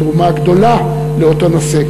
תרומה גדולה לאותו נושא,